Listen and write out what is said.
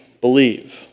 believe